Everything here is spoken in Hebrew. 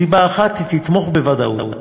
מסיבה אחת: היא תתמוך בוודאות.